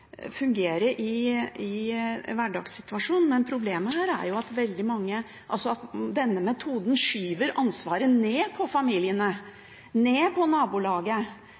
i hverdagssituasjonen, men problemet her er at denne metoden skyver ansvaret ned på familiene, ned på nabolaget,